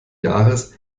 jahres